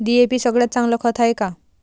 DAP सगळ्यात चांगलं खत हाये का?